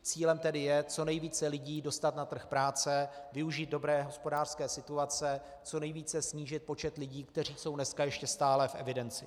Cílem tedy je co nejvíce lidí dostat na trh práce, využít dobré hospodářské situace, co nejvíce snížit počet lidí, kteří jsou dneska ještě stále v evidenci.